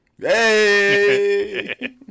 Hey